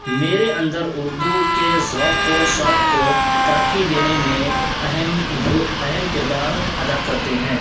میرے اندر اردو کے ذوق و شوق کو ترقی دینے میں اہم اہم کردار ادا کرتے ہیں